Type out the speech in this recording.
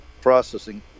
processing